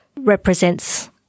represents